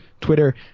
Twitter